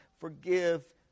forgive